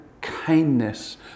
kindness